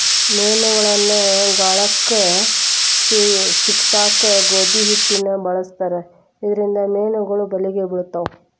ಮೇನಗಳನ್ನ ಗಾಳಕ್ಕ ಸಿಕ್ಕಸಾಕ ಗೋಧಿ ಹಿಟ್ಟನ ಬಳಸ್ತಾರ ಇದರಿಂದ ಮೇನುಗಳು ಬಲಿಗೆ ಬಿಳ್ತಾವ